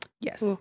Yes